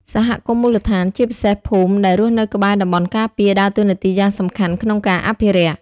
សហគមន៍មូលដ្ឋាន ជាពិសេសភូមិដែលរស់នៅក្បែរតំបន់ការពារ ដើរតួនាទីយ៉ាងសំខាន់ក្នុងការអភិរក្ស។